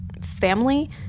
family